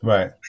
Right